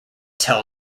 tell